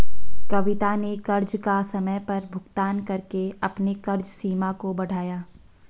कविता ने कर्ज का समय पर भुगतान करके अपने कर्ज सीमा को बढ़ाया